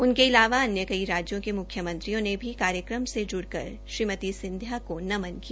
उनके अलावा अन्य कई राज्यों के मुख्यमंत्रियों ने भी कार्यक्रम से ज्ड़कर श्रीमती सिंधिया को नमन किया